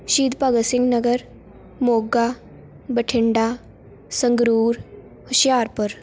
Shaheed Bhagat Singh Nagar Moga Bathinda Sangrur Hoshiarpur